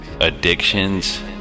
addictions